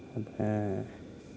ऐं